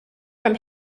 from